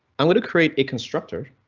i'm going to create a constructor.